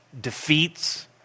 defeats